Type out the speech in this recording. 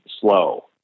slow